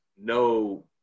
no